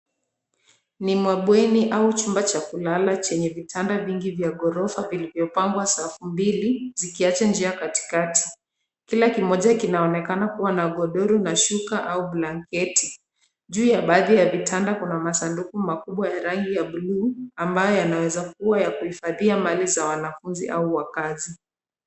Ni mabweni au chumba cha kulala chenye vitanda vingi vya ghorofa vilivyopangwa safu mbili, zikiacha njia katikati. Kila kimoja kinaonekana kuwa na shuka au blanketi. Juu ya baadhi ya vitanda kuna masanduku makubwa ya rangi ya buluu, ambayo yanaeza kuwa yakuhifadhia mali za wanafunzi au wakaazi.